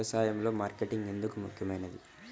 వ్యసాయంలో మార్కెటింగ్ ఎందుకు ముఖ్యమైనది?